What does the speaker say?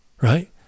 right